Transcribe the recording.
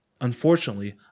Unfortunately